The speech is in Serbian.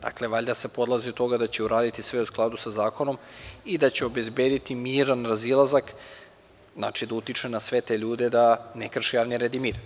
Dakle, valjda se polazi od toga da će uraditi sve u skladu sa zakonom i da će obezbediti miran razilazak, znači da utiče na sve te ljude da ne krše javni red i mir.